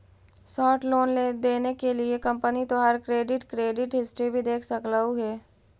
short loan देने के लिए कंपनी तोहार क्रेडिट क्रेडिट हिस्ट्री भी देख सकलउ हे